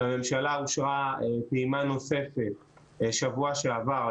מהממשלה אושרה פעימה נוספת שבוע שעבר.